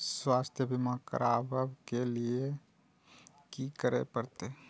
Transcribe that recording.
स्वास्थ्य बीमा करबाब के लीये की करै परतै?